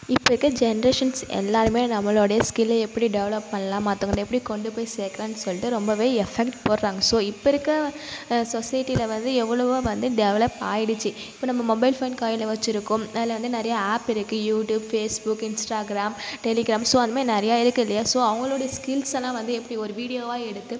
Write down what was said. இப்போ இருக்கற ஜென்ரேஷன்ஸ் எல்லாருமே நம்மளோடைய ஸ்கில்ல எப்படி டெவலப் பண்ணலாம் மத்தவங்கள்ட்ட எப்படி கொண்டு போய் சேர்க்கலாம்னு சொல்லிட்டு ரொம்பவே எஃபெக்ட் போடுறாங்க ஸோ இப்போ இருக்க சொசைட்டியில் வந்து எவ்வளவோ வந்து டெவலப் ஆகிடிச்சி இப்போ நம்ம மொபைல் ஃபோன் கையில் வச்சுருக்கோம் அதில் வந்து நிறையா ஆப் இருக்குது YouTube Facebook Instagram Telegram so அதுமாதிரி நிறையா இருக்குல்லையா ஸோ அவங்களுடைய ஸ்கில்ஸெல்லாம் வந்து எப்படி ஒரு வீடியோவா எடுத்து